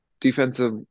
defensive